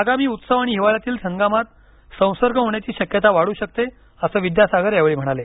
आगामी उत्सव आणि हिवाळ्यातील हंगामात संसर्ग होण्याची शक्यता वाढू शकते असं विद्यासागर यावेळी म्हणाले